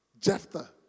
Jephthah